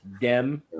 Dem